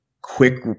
quick